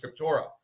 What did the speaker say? scriptura